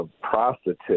prostitute